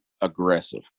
aggressive